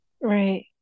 Right